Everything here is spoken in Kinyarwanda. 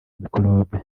mikorobe